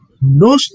No